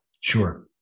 sure